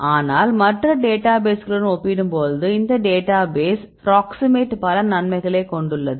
ஆனால் மற்ற டேட்டாபேஸ்களுடன் ஒப்பிடும்போது இந்த டேட்டாபேஸ் ப்ராக்ஸிமேட் பல நன்மைகளைக் கொண்டுள்ளது